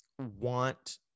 want